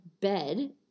bed